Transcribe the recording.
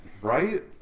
Right